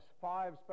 five